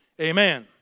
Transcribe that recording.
amen